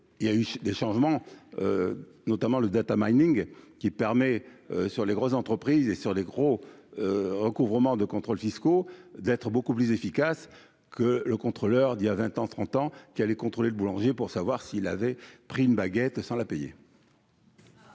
il y a eu des changements notamment le Data Mining qui permet sur les grosses entreprises et sur les gros recouvrement de contrôles fiscaux d'être beaucoup plus efficace que le contrôleur d'il y a 20 ans, 30 ans, qui allait contrôler le boulanger pour savoir s'il avait pris une baguette sans la payer.